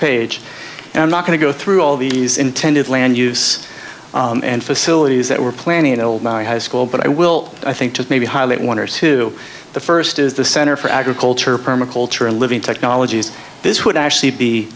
page and i'm not going to go through all these intended land use yes and facilities that were planning to hold my high school but i will i think that maybe highlight one or two the first is the center for agriculture perma culture and living technologies this would actually be